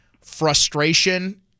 frustration